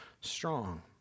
strong